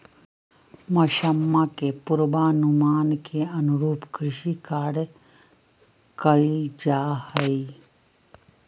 मौसम्मा के पूर्वानुमान के अनुरूप कृषि कार्य कइल जाहई